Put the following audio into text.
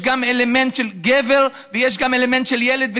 יש גם אלמנט של גבר ויש גם אלמנט של ילד.